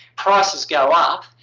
prices go up.